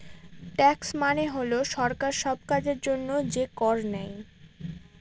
tax মানে হল সরকার সব কাজের জন্য যে কর নেয়